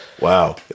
Wow